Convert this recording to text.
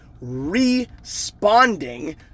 responding